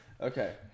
Okay